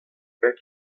beg